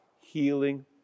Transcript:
healing